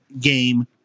game